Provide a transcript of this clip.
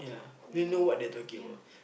we yeah